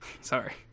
Sorry